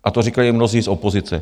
A to říkali i mnozí z opozice.